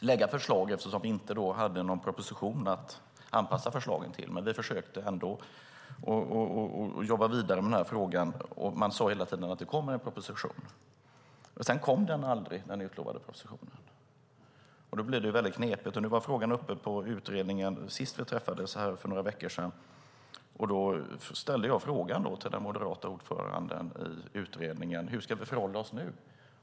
lägga fram förslag eftersom vi inte hade någon proposition att anpassa dem till. Men vi försökte ändå att arbeta vidare med frågan. Hela tiden sades det att det skulle komma en proposition. Sedan kom aldrig den utlovade propositionen. Då blir det ju väldigt knepigt. Nu var frågan uppe i utredningen vid det senaste mötet för några veckor sedan. Då ställde jag frågan till den moderate ordföranden: Hur ska vi förhålla oss nu?